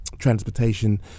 transportation